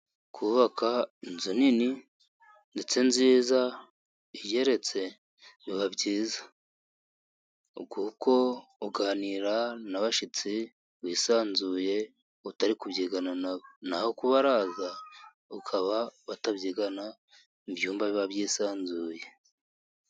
Kubaka inzu nini ndetse nziza igeretse biba byiza, kuko uganira n'abashitsi wisanzuye utari kubyigana, naho kubaraza bakaba batabyigana ibyumba biba byisanzuye.